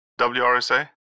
WRSA